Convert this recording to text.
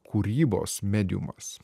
kūrybos mediumas